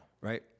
Right